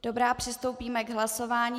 Dobrá, přistoupíme k hlasování.